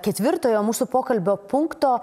ketvirtojo mūsų pokalbio punkto